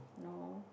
no